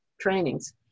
trainings